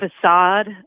facade